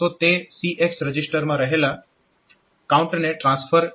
તો તે CX રજીસ્ટરમાં રહેલા કાઉન્ટને ટ્રાન્સફર કરશે